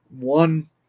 one